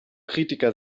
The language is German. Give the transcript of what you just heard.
kritiker